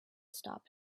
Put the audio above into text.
stop